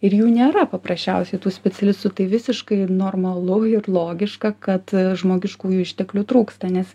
ir jų nėra paprasčiausiai tų specialistų tai visiškai normalu ir logiška kad žmogiškųjų išteklių trūksta nes